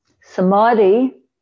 Samadhi